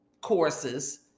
courses